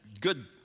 good